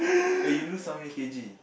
wait you lose how many k_g